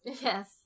Yes